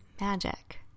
magic